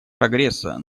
прогресса